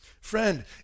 Friend